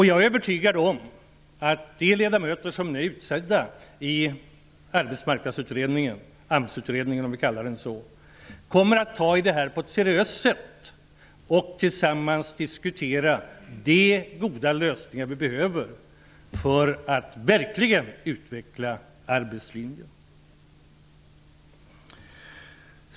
Jag är övertygad om att de ledamöter som nu är utsedda till AMS-utredningen kommer att ta itu med detta på ett seriöst sätt och tillsammans diskutera de goda lösningar vi behöver för att verkligen utveckla arbetslinjen.